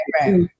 right